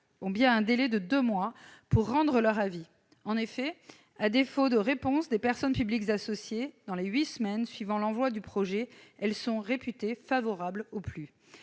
disposent d'un délai de deux mois pour rendre leur avis. En effet, à défaut de réponse des personnes publiques associées dans les huit semaines suivant l'envoi du projet, elles sont réputées favorables au PLU.